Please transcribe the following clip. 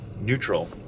neutral